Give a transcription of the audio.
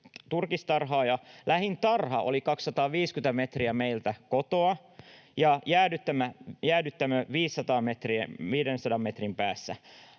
lähin tarha oli 250 metriä meiltä kotoa ja jäädyttämö 500 metrin päässä.